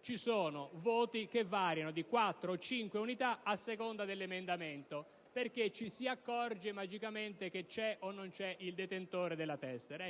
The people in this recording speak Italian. ci sono voti che variano di quattro o cinque unità a seconda dell'emendamento, perché ci si accorge magicamente che c'è o non c'è il detentore della tessera.